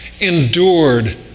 endured